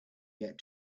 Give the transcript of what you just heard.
get